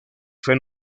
fue